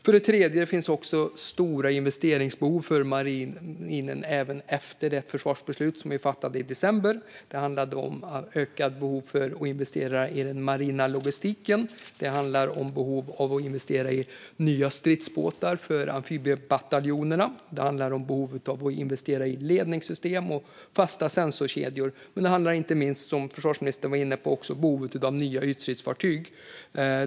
För det tredje finns det stora investeringsbehov för marinen även efter det försvarsbeslut som vi fattade i december. Det handlar om behov av att investera i den marina logistiken. Det handlar om behov av att investera i nya stridsbåtar för amfibiebataljonerna. Det handlar om behov av att investera i ledningssystem och fasta sensorkedjor. Det handlar inte minst, som försvarsministern var inne på, också om behovet av nya ytstridsfartyg.